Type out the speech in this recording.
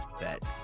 bet